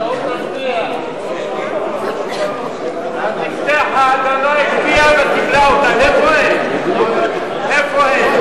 סעיף 3, כהצעת הוועדה, נתקבל.